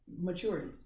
maturity